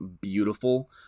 beautiful